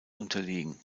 unterlegen